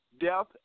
death